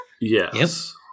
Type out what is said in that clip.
Yes